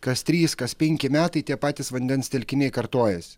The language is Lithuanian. kas trys kas penki metai tie patys vandens telkiniai kartojasi